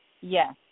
Yes